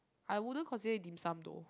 I wouldn't consider it dim sum though